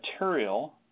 material